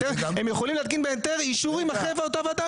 הם יכולים להתקין בהיתר אישורים אחרי אותה וועדה.